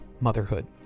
motherhood